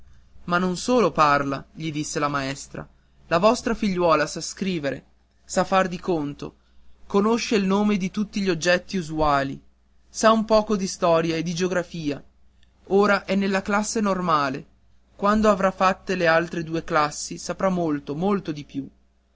ma non solo parla gli disse la maestra la vostra figliuola sa scrivere sa far di conto conosce il nome di tutti gli oggetti usuali sa un poco di storia e di geografia ora è nella classe normale quando avrà fatte le altre due classi saprà molto molto di più